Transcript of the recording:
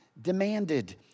demanded